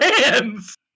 hands